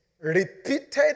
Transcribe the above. Repeated